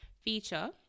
feature